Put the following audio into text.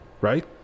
right